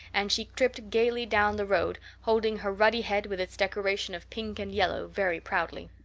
and she tripped gaily down the road, holding her ruddy head with its decoration of pink and yellow very proudly.